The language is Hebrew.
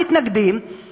זה לא עולה כסף למדינה,